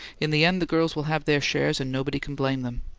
in the end the girls will have their shares and nobody can blame them.